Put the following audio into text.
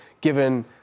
given